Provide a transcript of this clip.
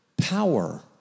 power